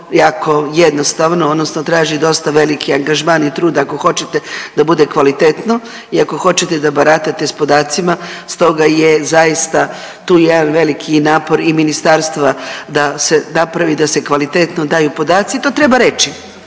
jako jednostavno odnosno traži dosta veliki angažman i trud ako hoćete da bude kvalitetno i ako hoćete da baratate s podacima stoga je zaista tu jedan veliki i napor i ministarstva da se napravi, da se kvalitetno daju podaci i to treba reći.